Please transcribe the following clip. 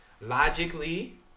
Logically